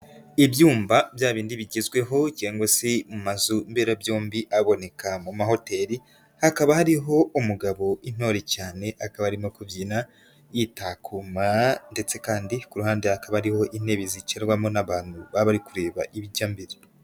Ibyumba bya bindi bigezweho cyangwa se mu mazu mberabyombi aboneka mu mahoteli, hakaba hariho umugabo intore cyane akaba arimo kubyina, yitakuma ndetse kandi ku ruhande hakaba ariho intebe zicarwamo n'abantu baba bari kureba ibijya mbere.